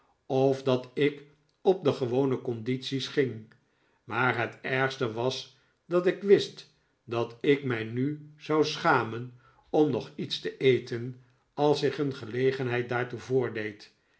of dat ik op de gewone condities ging maar het ergste was dat ik wist dat ik mij nu zou schamen om nog iets te eten als zich een gelegenheid daartoe voordeed